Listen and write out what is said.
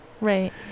Right